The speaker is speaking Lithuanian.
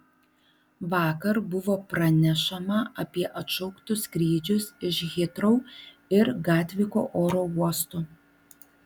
vakar buvo pranešama apie atšauktus skrydžius iš hitrou ir gatviko oro uostų